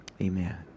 amen